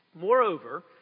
Moreover